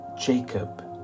Jacob